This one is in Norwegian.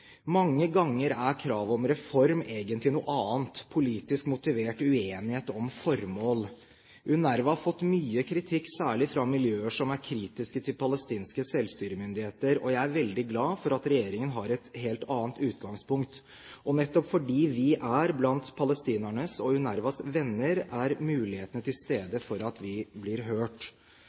Mange ganger er kravet om reform egentlig noe annet: politisk motivert uenighet om formål. UNRWA har fått mye kritikk, særlig fra miljøer som er kritiske til palestinske selvstyremyndigheter, og jeg er veldig glad for at regjeringen har et helt annet utgangspunkt. Nettopp fordi vi er blant palestinernes og UNRWAs venner, er mulighetene til stede for at vi blir hørt.